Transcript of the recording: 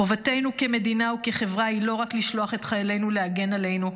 חובתנו כמדינה וכחברה היא לא רק לשלוח את חיילינו להגן עלינו,